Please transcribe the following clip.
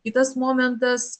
kitas momentas